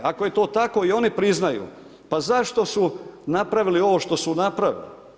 Ako je to tako i oni priznaju, pa zašto su napravili ovo što su napravili?